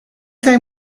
time